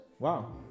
Wow